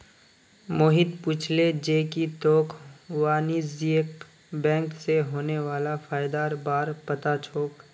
मोहित पूछले जे की तोक वाणिज्यिक बैंक स होने वाला फयदार बार पता छोक